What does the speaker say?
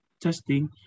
testing